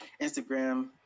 Instagram